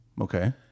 Okay